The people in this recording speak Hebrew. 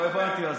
לא הבנתי.